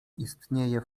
istnieje